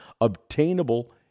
obtainable